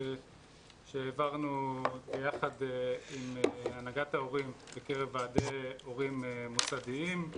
שהעברנו ביחד עם הנהגת ההורים בקרב ועדי הורים מוסדיים.